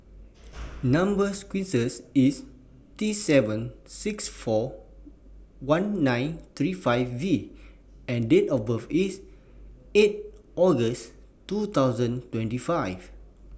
Number sequence IS T seven six four one nine three five V and Date of birth IS eight August two thousand twenty five